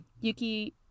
Yuki